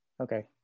okay